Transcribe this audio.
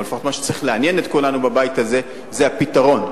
או לפחות מה שצריך לעניין את כולנו בבית הזה זה הפתרון.